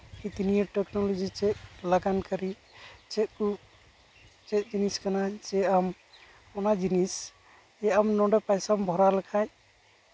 ᱡᱩᱫᱤ ᱱᱤᱭᱟᱹ ᱴᱮᱠᱱᱳᱞᱚᱡᱤ ᱪᱮᱫ ᱞᱟᱜᱟᱱ ᱠᱟᱹᱨᱤ ᱪᱮᱫ ᱠᱚ ᱪᱮᱫ ᱡᱤᱱᱤᱥ ᱠᱟᱱᱟ ᱡᱮ ᱟᱢ ᱟᱢ ᱚᱱᱟ ᱡᱤᱱᱤᱥ ᱡᱮ ᱟᱢ ᱱᱚᱰᱮ ᱯᱚᱭᱥᱟᱢ ᱵᱷᱚᱨᱟᱣ ᱞᱮᱠᱷᱟᱡ